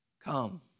Come